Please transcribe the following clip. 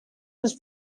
was